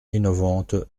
innovantes